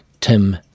Tim